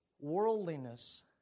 Worldliness